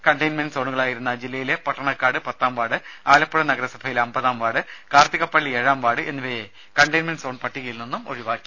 containment സോണുകളായിരുന്ന ജില്ലയിലെ പട്ടണക്കാട് പത്താം വാർഡ് ആലപ്പുഴ നഗരസഭയിലെ അമ്പതാം വാർഡ് കാർത്തികപ്പള്ളി ഏഴാം വാർഡ് എന്നിവയെ കണ്ടയിന്മെന്റ് സോൺ പട്ടികയിൽ നിന്നും ഒഴിവാക്കി